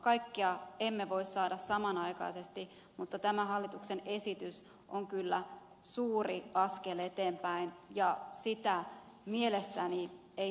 kaikkea emme voi saada samanaikaisesti mutta tämä hallituksen esitys on kyllä suuri askel eteenpäin ja sitä mielestäni ei sovi kiistää